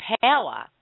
power